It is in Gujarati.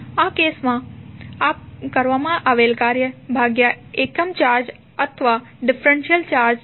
આ કેસ માં કરવામાં આવેલ કાર્ય ભાગ્યા એકમ ચાર્જ અથવા ડિફરેન્સીઅલ ચાર્જ છે